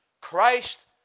Christ